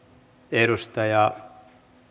arvoisa herra